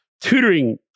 tutoring